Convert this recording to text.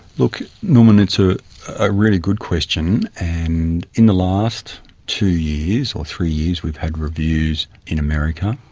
look, norman, it's a ah really good question. and in the last two years or three years we've had reviews in america,